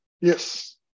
Yes